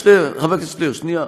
שנייה, חבר הכנסת שטרן, שנייה.